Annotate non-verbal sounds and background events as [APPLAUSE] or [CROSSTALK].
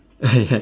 [LAUGHS] yeah